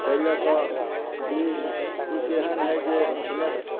ताहि लऽ कऽ बीज किछु एहन है जे अपने